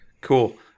Cool